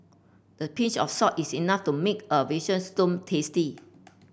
a pinch of salt is enough to make a veal stone tasty